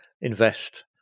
invest